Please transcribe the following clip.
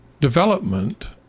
development